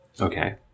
Okay